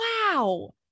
wow